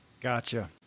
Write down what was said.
Gotcha